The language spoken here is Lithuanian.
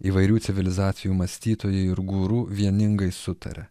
įvairių civilizacijų mąstytojai ir guru vieningai sutaria